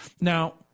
Now